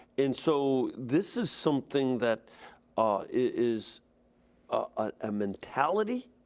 and so, this is something that is a mentality.